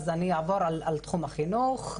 אז אני אעבור על תחום החינוך.